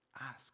ask